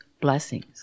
blessings